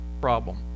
problem